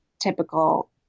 typical